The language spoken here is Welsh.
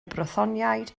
brythoniaid